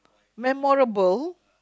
memorable